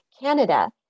Canada